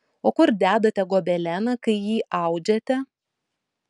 o kur dedate gobeleną kai jį audžiate